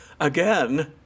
again